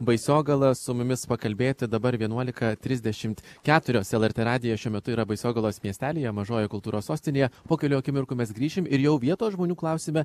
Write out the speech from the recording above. baisogalą su mumis pakalbėti dabar vienuolika trisdešimt keturios lrt radijas šiuo metu yra baisogalos miestelyje mažojoj kultūros sostinėje po kelių akimirkų mes grįšim ir jau vietos žmonių klausime